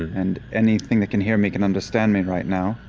and anything that can hear me can understand me right now.